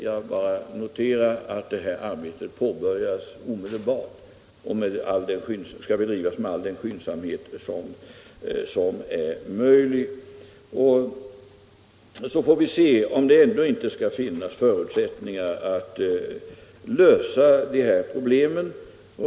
Jag bara noterar att detta arbete skall påbörjas omedelbart och skall bedrivas med all den skyndsamhet som är möjlig. Därefter får vi se om det ändå inte skall finnas förutsättningar att lösa problemen.